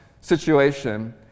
situation